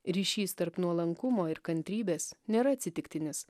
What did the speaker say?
ryšys tarp nuolankumo ir kantrybės nėra atsitiktinis